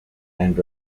and